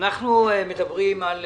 אנחנו מדברים על